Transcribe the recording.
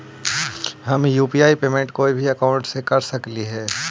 हम UPI payment कोई भी अकाउंट से कर सकली हे?